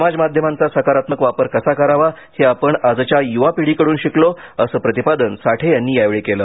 समाजमाध्यमांचा सकारात्मक वापर कसा करावा हे आपण आजच्या युवा पिढीकडून शिकलो असं प्रतिपादन साठे यांनी यावेळी केलं